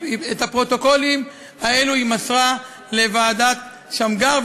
את הפרוטוקולים היא מסרה לוועדת שמגר.